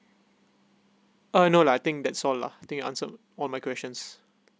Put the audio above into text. uh no lah I think that's all lah I think you answered all my questions